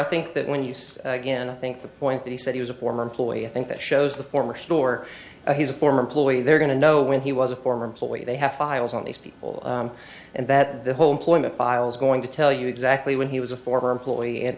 i think that when you say again i think the point that he said he was a former employee i think that shows the former store he's a former employee they're going to know when he was a former employee they have files on these people and that the whole employment files going to tell you exactly when he was a former employee and